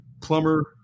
Plumber